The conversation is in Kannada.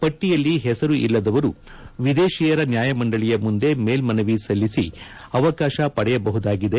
ಪಟ್ಟಯಲ್ಲಿ ಹೆಸರು ಇಲ್ಲದವರು ವಿದೇಶಿಯರ ನ್ವಾಯಮಂಡಳಿಯ ಮುಂದೆ ಮೇಲ್ಲನವಿ ಸಲ್ಲಿಸಿ ಅವಕಾಶ ಪಡೆಯಬಹುದಾಗಿದೆ